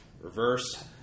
Reverse